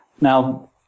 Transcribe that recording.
now